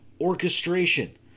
orchestration